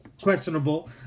Questionable